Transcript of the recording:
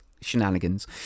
shenanigans